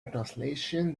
translation